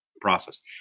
process